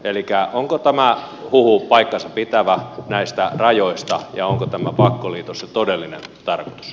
elikkä onko tämä huhu paikkansa pitävä näistä rajoista ja onko tämä pakkoliitos se todellinen tarkoitus